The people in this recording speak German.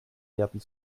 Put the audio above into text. werden